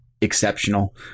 exceptional